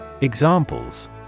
Examples